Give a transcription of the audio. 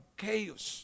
chaos